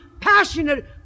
passionate